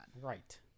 right